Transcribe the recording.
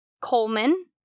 Coleman